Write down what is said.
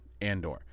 Andor